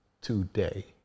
today